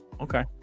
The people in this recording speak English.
Okay